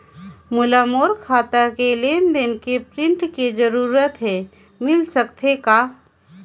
मोला मोर खाता के लेन देन के प्रिंट के जरूरत हे मिल सकत हे का?